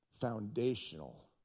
foundational